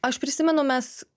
aš prisimenu mes